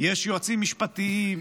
יש יועצים משפטיים,